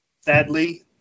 sadly